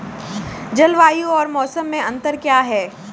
जलवायु और मौसम में अंतर क्या है?